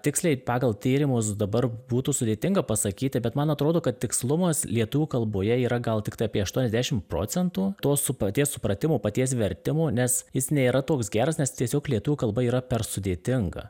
tiksliai pagal tyrimus dabar būtų sudėtinga pasakyti bet man atrodo kad tikslumas lietuvių kalboje yra gal tiktai apie aštuoniasdešim procentų to su paties supratimo paties vertimo nes jis nėra toks geras nes tiesiog lietuvių kalba yra per sudėtinga